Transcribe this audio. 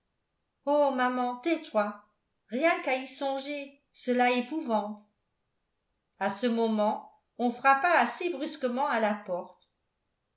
oh maman tais-toi rien qu'à y songer cela épouvante à ce moment on frappa assez brusquement à la porte